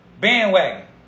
Bandwagon